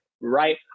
right